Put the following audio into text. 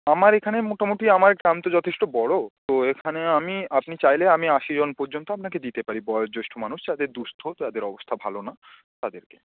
আমার এখানে মোটামুটি আমার গ্রাম তো যথেষ্ট বড় তো এখানে আমি আপনি চাইলে আমি আশিজন পর্যন্ত আপনাকে দিতে পারি বয়োজ্যেষ্ঠ মানুষ যাদের দুঃস্থ তাদের অবস্থা ভালো না তাদেরকে